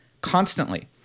constantly